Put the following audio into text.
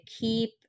keep